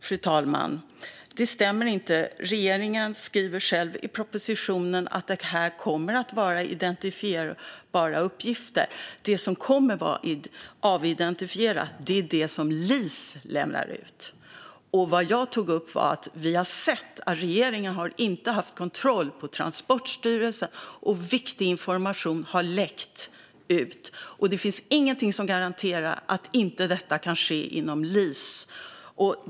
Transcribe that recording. Fru talman! Det stämmer inte. Regeringen skriver själv i propositionen att det kommer att vara identifierbara uppgifter. De uppgifter som kommer att vara avidentifierade är de som LIS lämnar ut. Vad jag tog upp var att vi har sett att regeringen inte har haft kontroll på Transportstyrelsen och att viktig information har läckt ut. Det finns ingenting som garanterar att inte detta kan ske inom LIS.